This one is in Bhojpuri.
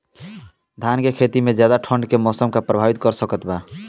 धान के खेती में ज्यादा ठंडा के मौसम का प्रभावित कर सकता बा?